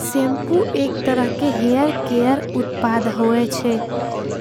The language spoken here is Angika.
सेंपु एक तरह के हेर केर उत्पाद होईच्छे